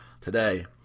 today